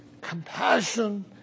compassion